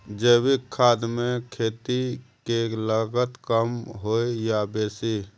जैविक खाद मे खेती के लागत कम होय ये आ बेसी?